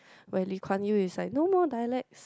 but Lee Kuan Yew is like no more dialects